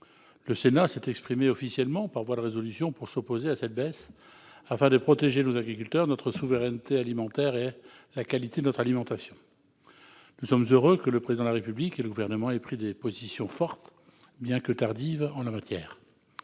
Le Sénat s'est exprimé officiellement par voie de résolution pour s'opposer à cette baisse, afin de protéger nos agriculteurs, notre souveraineté alimentaire et la qualité de notre alimentation. Nous sommes heureux que le Président de la République et le Gouvernement aient pris des positions fortes, bien que tardives, en la matière.